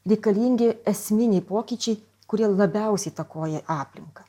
reikalingi esminiai pokyčiai kurie labiausi įtakoja aplinką